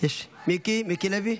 מיקי לוי,